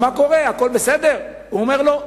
הכול בסדר?, הבן אומר לו: